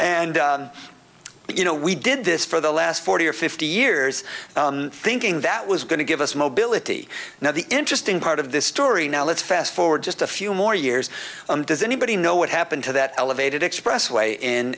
and you know we did this for the last forty or fifty years thinking that was going to give us mobility now the interesting part of this story now let's fast forward just a few more years does anybody know what happened to that elevated expressway